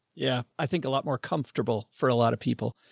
yeah. i think a lot more comfortable for a lot of people.